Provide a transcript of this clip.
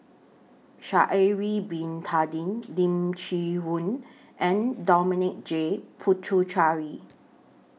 Sha'Ari Bin Tadin Lim Chee Onn and Dominic J Puthucheary